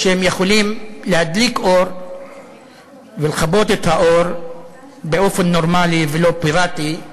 שהם יכולים להדליק אור ולכבות את האור באופן נורמלי ולא פיראטי.